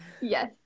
yes